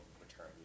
return